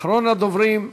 אחרון הדוברים,